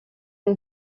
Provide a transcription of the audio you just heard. une